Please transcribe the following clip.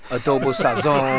adobo sazon